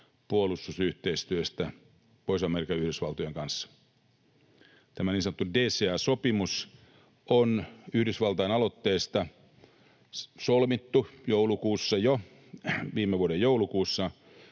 puolustusyhteistyöstä Pohjois-Amerikan yhdysvaltojen kanssa. Tämä niin sanottu DCA-sopimus on Yhdysvaltain aloitteesta solmittu jo viime vuoden joulukuussa,